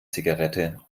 zigarette